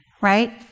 right